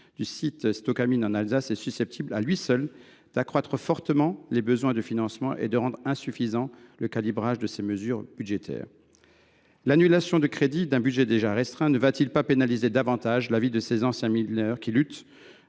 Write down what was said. du site StocaMine, en Alsace, est susceptible, à lui seul, d’accroître fortement les besoins de financement et de rendre insuffisant le calibrage de ces mesures budgétaires. L’annulation de crédits d’un budget déjà restreint n’aura t elle pas pour conséquence de pénaliser davantage la vie de ces anciens mineurs, qui luttent